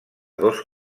dos